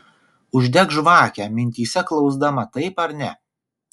uždek žvakę mintyse klausdama taip ar ne